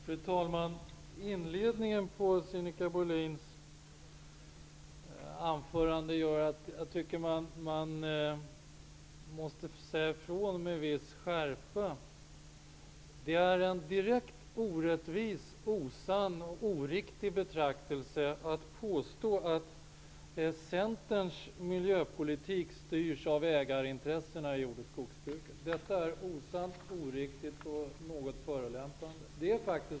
Fru talman! Inledningen av Sinikka Bohlins anförande gör att jag måste säga ifrån med viss skärpa. Det är en direkt orättvis, osann och oriktig betraktelse att Centerns miljöpolitik skulle styras av ägarintressen inom jord och skogsbruket. Detta är osant, oriktigt och något förolämpande.